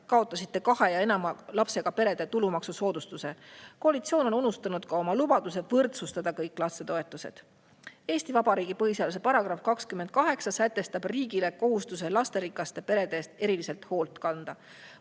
kaotasite kahe ja enama lapsega perede tulumaksusoodustuse. Koalitsioon on unustanud ka oma lubaduse võrdsustada kõik lapsetoetused. Eesti Vabariigi põhiseaduse § 28 sätestab riigile kohustuse lasterikaste perede eest eriliselt hoolt kanda.